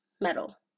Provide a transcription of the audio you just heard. metal